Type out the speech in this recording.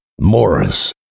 Morris